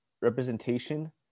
representation